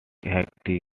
hectic